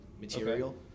material